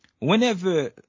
whenever